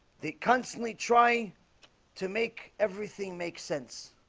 they constantly try to make everything make sense